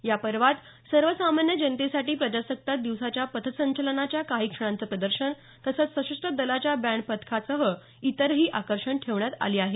या पर्वात सर्वसामान्य जनतेसाठी प्रजासत्ताक दिवसाच्या पथसंचलनाच्या काही क्षणांचं प्रदर्शन तसंच सशस्त्र दलाच्या बँड पथकासह इतरही आकर्षणं ठेवण्यात आली आहेत